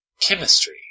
chemistry